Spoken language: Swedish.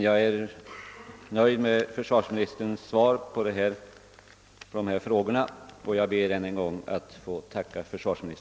Jag är nöjd med försvarsministerns svar på dessa frågor, och jag ber än en gång att få tacka för svaret.